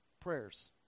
prayers